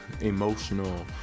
emotional